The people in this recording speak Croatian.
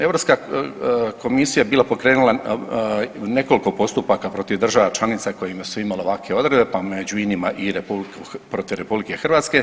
Europska komisije je bila pokrenula nekoliko postupaka protiv država članica koje su imale ovakve odredbe, pa među inima i protiv RH.